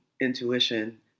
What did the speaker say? intuition